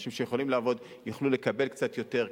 אנשים שיכולים לעבוד יוכלו לקבל קצת יותר,